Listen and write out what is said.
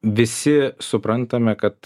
visi suprantame kad